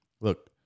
look